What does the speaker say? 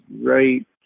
right